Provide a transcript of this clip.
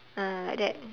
ah like that